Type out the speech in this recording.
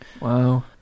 Wow